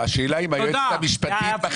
השאלה אם היועצת המשפטית מחליטה איפה